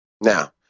Now